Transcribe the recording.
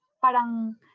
parang